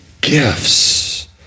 gifts